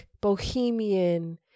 bohemian